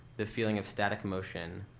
the feeling of static emotion,